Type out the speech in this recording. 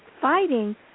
fighting